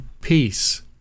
peace